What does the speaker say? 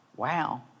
Wow